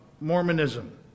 Mormonism